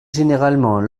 généralement